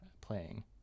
playing